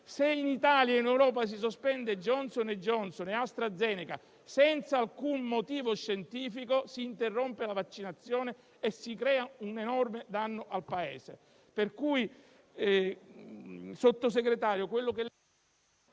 Se in Italia e in Europa si sospende Johnson & Johnson e AstraZeneca senza alcun motivo scientifico, si interrompe la vaccinazione e si crea un enorme danno al Paese.